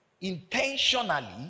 intentionally